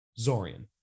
Zorian